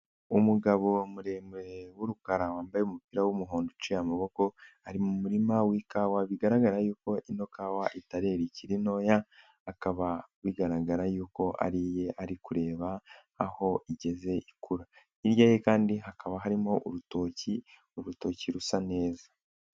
Umugabo muremure w'urukara wambaye umupira w'umuhondo uciye amaboko ari mu murimakawa bigaragara yuko ino kawa itarera iki ntoya akaba bigaragara yuko ari iye ari kureba aho igeze ikura, hirya ye kandi hakaba harimo urutoki, urutoki rusa neza.